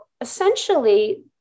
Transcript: essentially